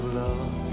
love